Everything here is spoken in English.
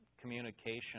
communication